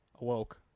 awoke